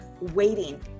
waiting